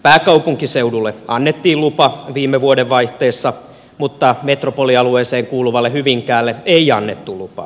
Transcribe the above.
pääkaupunkiseudulle annettiin lupa viime vuodenvaihteessa mutta metropolialueeseen kuuluvalle hyvinkäälle ei annettu lupaa